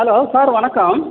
hello sir வணக்கம்